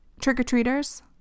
trick-or-treaters